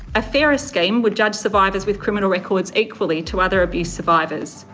a fairer scheme would judge survivors with criminal records equally to other abuse survivors.